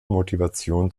motivation